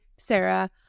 Sarah